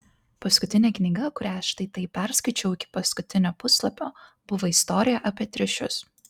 paskutinė knyga kurią štai taip perskaičiau iki paskutinio puslapio buvo istorija apie triušius